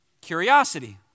curiosity